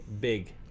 big